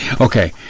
okay